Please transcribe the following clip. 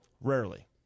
Rarely